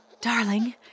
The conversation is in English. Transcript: Darling